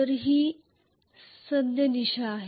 तर ही सद्य दिशा आहे